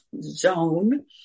zone